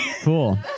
Cool